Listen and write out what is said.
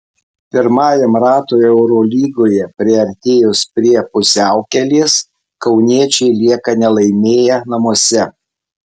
pirmajam ratui eurolygoje priartėjus prie pusiaukelės kauniečiai lieka nelaimėję namuose